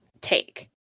take